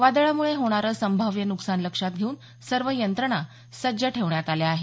वादळामुळे होणारं संभाव्य न्कसान लक्षात घेऊन सर्व यंत्रणा सज्ज ठेवण्यात आल्या आहेत